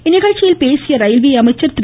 இந்நிகழ்ச்சியில் பேசிய ரயில்வே அமைச்சர் திரு